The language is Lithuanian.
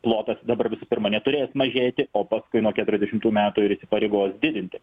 plotas dabar visų pirma neturės mažėti o paskui nuo keturiasdešimtų metų ir įpareigos didinti